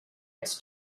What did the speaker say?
its